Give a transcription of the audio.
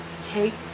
take